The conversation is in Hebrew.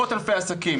עשרות אלפי עסקים,